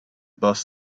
bus